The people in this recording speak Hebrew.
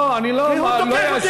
לא, אני לא ארשה, כי הוא תוקף אותי.